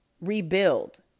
rebuild